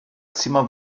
zimmer